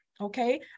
okay